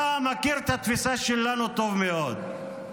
אתה מכיר את התפיסה שלנו טוב מאוד.